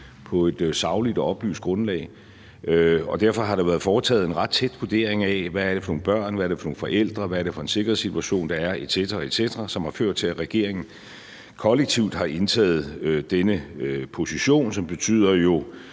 på et sagligt og oplyst grundlag. Og derfor har der været foretaget en ret tæt vurdering af, hvad det er for nogle børn, hvad det er for nogle forældre, hvad det er for en sikkerhedssituation, der er, etc., etc., som har ført til, at regeringen kollektivt har indtaget denne position, som jo betyder,